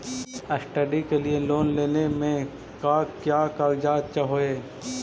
Study के लिये loan लेने मे का क्या कागजात चहोये?